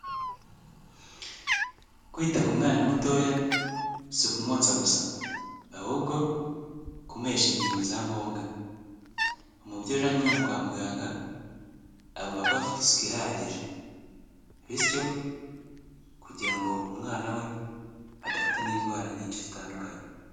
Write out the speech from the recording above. Kwita ku mwana mutoya, si ukumwonsa gusa ahubwo kumuhesha ingingo za ngombwa. Umubyeyi ujyanye umwana kwa muganga agomba kuba afite isuku ihagije, bityo kugira ngo umwana we adafatwa n'indwara nyinshi zitandukanye.